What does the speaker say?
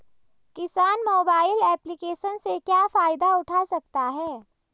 किसान mobile application से क्या फायदा उठा सकता है?